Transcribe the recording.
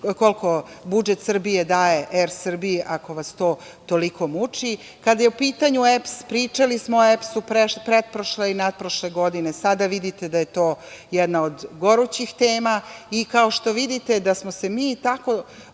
koliko budžet Srbije daje ER Srbiji, ako vas to toliko muči. Kada je u pitanju EPS, pričali smo o EPS-u pretprošle i nadprošle godine. Sada vidite da je to jedna od gorućih tema. Kao što vidite, da smo se mi tako